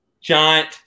Giant